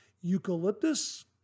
eucalyptus